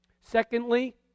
Secondly